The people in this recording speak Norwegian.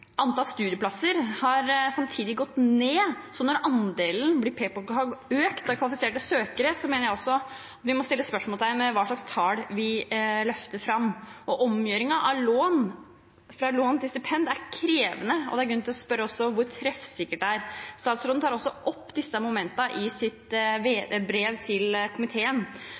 Antall studieplasser har samtidig gått ned. Når det blir pekt på at andelen kvalifiserte søkere har økt, mener jeg vi også må stille spørsmål ved hva slags tall vi løfter fram. Omgjøring fra lån til stipend er krevende, og det er grunn til å spørre hvor treffsikkert det er. Statsråden tar også opp disse momentene i sitt brev til komiteen.